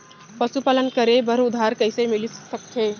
पशुपालन करे बर उधार कइसे मिलिस सकथे?